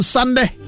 Sunday